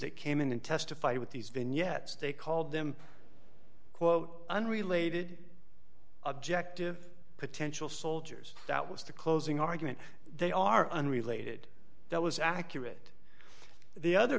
that came in and testified with these vignettes they called them quote unrelated objective potential soldiers that was the closing argument they are unrelated that was accurate the other